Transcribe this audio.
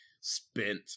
spent